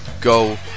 go